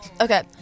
Okay